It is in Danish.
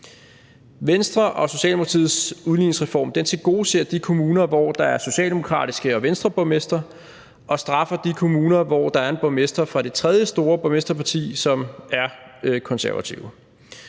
Venstre og Socialdemokratiets udligningsreform tilgodeser de kommuner, hvor der er socialdemokratiske borgmestre og Venstreborgmestre, og straffer de kommuner, hvor der er en borgmester fra det tredje store borgmesterparti, som er Konservative.